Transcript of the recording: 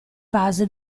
base